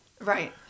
Right